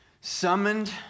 summoned